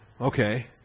okay